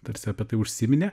tarsi apie tai užsiminė